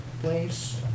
place